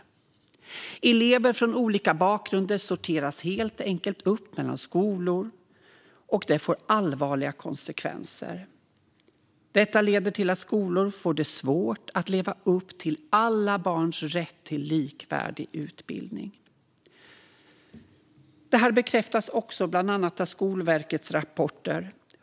Elever från olika bakgrunder sorteras helt enkelt upp mellan skolor, och det får allvarliga konsekvenser. Detta leder till att skolor får det svårt att leva upp till alla barns rätt till likvärdig utbildning. Detta bekräftas också bland annat av Skolverkets rapporter.